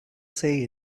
say